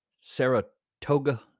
Saratoga